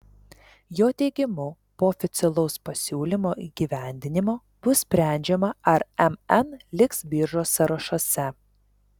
jo teigimu po oficialaus pasiūlymo įgyvendinimo bus sprendžiama ar mn liks biržos sąrašuose